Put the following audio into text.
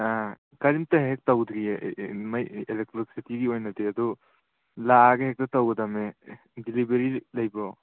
ꯀꯔꯤꯝꯇ ꯍꯦꯛ ꯇꯧꯗ꯭ꯔꯤꯌꯦ ꯃꯩ ꯑꯦꯂꯦꯛꯇ꯭ꯔꯤꯛꯁꯤꯇꯤꯒꯤ ꯑꯣꯏꯅꯗꯤ ꯑꯗꯨ ꯂꯥꯛꯑꯒ ꯍꯦꯛꯇ ꯇꯧꯒꯗꯕꯅꯦ ꯗꯦꯂꯤꯚꯔꯤ ꯂꯩꯕ꯭ꯔꯣ